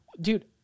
Dude